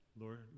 Lord